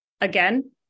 Again